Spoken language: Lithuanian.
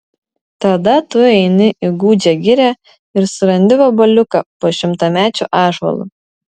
tada tu eini į gūdžią girią ir surandi vabaliuką po šimtamečiu ąžuolu